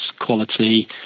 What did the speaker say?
quality